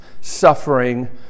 suffering